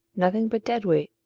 nothing but dead weight,